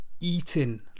eating